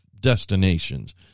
destinations